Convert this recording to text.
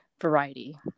variety